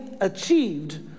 achieved